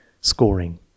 Scoring